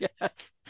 yes